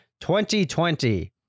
2020